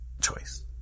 choice